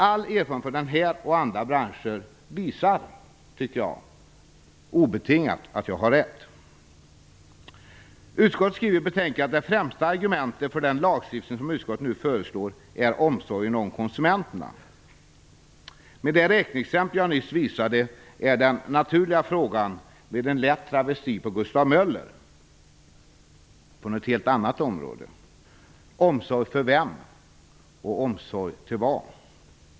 All erfarenhet från denna och andra branscher visar obetingat att jag har rätt. Utskottet skriver i betänkandet att det främsta argumentet för den lagstiftning som utskottet nu föreslår är omsorgen om konsumenterna. Med det räkneexempel jag nyss visade är de naturliga frågorna med en lätt travesti på Gustav Möller: "Omsorg för vem? Omsorg till vad?"